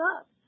up